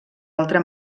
altra